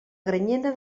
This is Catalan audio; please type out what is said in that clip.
granyena